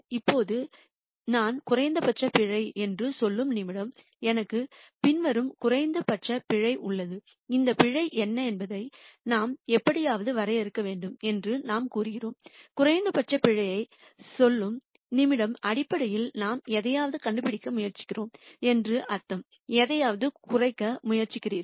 இப்போது நான் குறைந்தபட்ச பிழை என்று சொல்லும் நிமிடம் எனக்கு பின்வரும் குறைந்தபட்ச பிழை உள்ளது இந்த பிழை என்ன என்பதை நாம் எப்படியாவது வரையறுக்க வேண்டும் என்று நாம் கூறினோம் குறைந்தபட்ச பிழையைச் சொல்லும் நிமிடம் அடிப்படையில் நாம் எதையாவது கண்டுபிடிக்க முயற்சிக்கிறோம் என்று அர்த்தம் எதையாவது குறைக்க முயற்சிக்கிறார்கள்